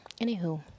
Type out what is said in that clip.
Anywho